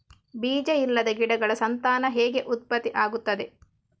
ಬೀಜ ಇಲ್ಲದ ಗಿಡಗಳ ಸಂತಾನ ಹೇಗೆ ಉತ್ಪತ್ತಿ ಆಗುತ್ತದೆ?